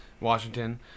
washington